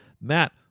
Matt